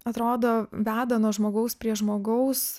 atrodo veda nuo žmogaus prie žmogaus